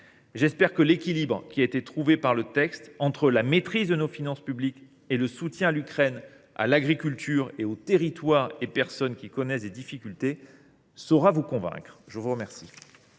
J’espère que l’équilibre trouvé dans le texte entre la maîtrise de nos finances publiques et le soutien à l’Ukraine, à l’agriculture et aux territoires et personnes qui connaissent des difficultés saura vous convaincre. La parole